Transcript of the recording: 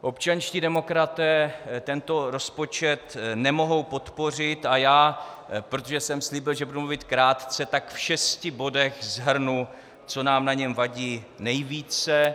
Občanští demokraté tento rozpočet nemohou podpořit a já, protože jsem slíbil, že budu mluvit krátce, tak v šesti bodech shrnu, co nám na něm vadí nejvíce.